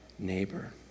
neighbor